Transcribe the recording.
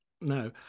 no